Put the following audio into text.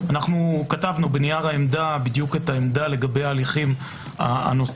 כתבנו בנייר העמדה בדיוק את העמדה לגבי ההליכים הנוספים,